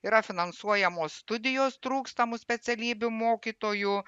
yra finansuojamos studijos trūkstamų specialybių mokytojų